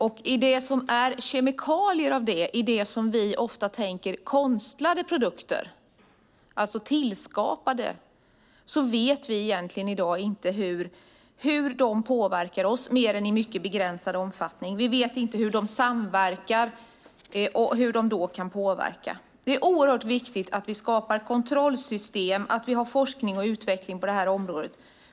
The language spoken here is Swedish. När det gäller det som vi ofta tänker på som konstlade produkter, alltså tillskapade, vet vi i dag egentligen inte hur dessa kemikalier påverkar oss mer än i mycket begränsad omfattning. Vi vet inte hur de samverkar och hur de då kan påverka. Det är oerhört viktigt att vi skapar kontrollsystem och att vi har forskning och utveckling på det här området.